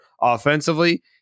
offensively